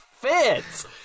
fits